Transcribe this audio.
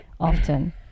often